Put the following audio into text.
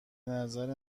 نظر